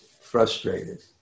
frustrated